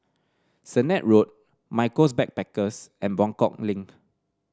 Sennett Road Michaels Backpackers and Buangkok Link